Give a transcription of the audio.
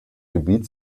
gebiet